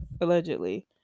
allegedly